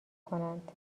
کنند